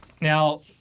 Now